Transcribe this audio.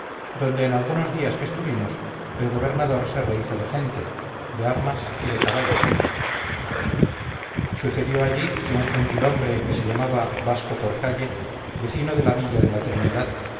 donde en algunos días que estuvimos el gobernador se rehízo de gente de armas y de caballos sucedió allí que un gentilhombre que se llamaba vasco porcalle vecino de la villa de la trinidad